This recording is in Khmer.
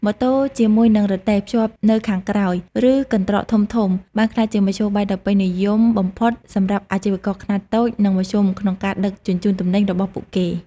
ម៉ូតូជាមួយនឹងរទេះភ្ជាប់នៅខាងក្រោយ ឬកន្ត្រកធំៗបានក្លាយជាមធ្យោបាយដ៏ពេញនិយមបំផុតសម្រាប់អាជីវករខ្នាតតូចនិងមធ្យមក្នុងការដឹកជញ្ជូនទំនិញរបស់ពួកគេ។